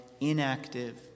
inactive